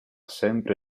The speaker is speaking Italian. sempre